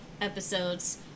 episodes